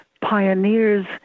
pioneers